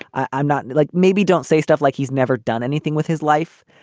i'm not like maybe don't say stuff like he's never done anything with his life.